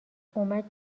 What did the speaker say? اومد